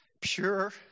Pure